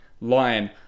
Lion